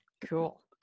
cool